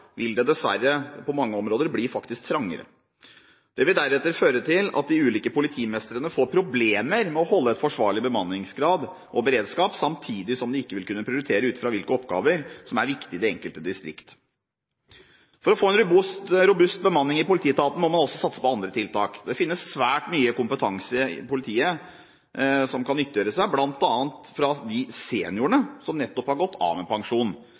vil det på mange områder dessverre bli trangere. Det vil føre til at de ulike politimestrene får problemer med å holde en forsvarlig bemanningsgrad og en forsvarlig beredskap, samtidig som de ikke vil kunne prioritere ut fra hvilke oppgaver som er viktige i det enkelte distrikt. For å få en robust bemanning i politietaten må man også satse på andre tiltak. Det finnes svært mye kompetanse i politiet som en kan nyttiggjøre seg, bl.a. hos de seniorene som nettopp har gått av med pensjon.